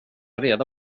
reda